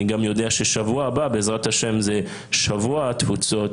אני גם יודע ששבוע הבא בעזרת השם זה שבוע התפוצות,